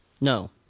No